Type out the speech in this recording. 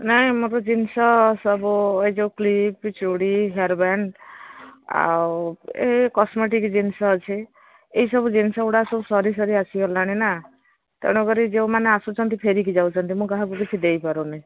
ନାଇଁ ମୋର ଜିନିଷ ସବୁ ଏଇ ଯୋଉ କ୍ଲିପ ଚୁଡ଼ି ହେୟାର ବ୍ୟାଣ୍ଡ ଆଉ ଏ କସମେଟିକ ଜିନିଷ ଅଛି ଏଇସବୁ ଜିନିଷଗୁଡ଼ାକ ସବୁ ସରି ସରି ଆସିଗଲାଣି ନା ତେଣୁକରି ଯୋଉମାନେ ଆସୁଛନ୍ତି ଫେରିକି ଯାଉଛନ୍ତି ମୁଁ କାହାକୁ କିଛି ଦେଇପାରୁନି